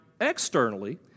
externally